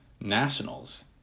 nationals